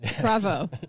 Bravo